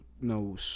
no